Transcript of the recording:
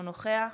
אינו נוכח